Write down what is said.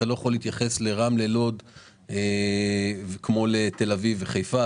אתה לא יכול להתייחס לרמלה וללוד כמו לתל אביב ולחיפה,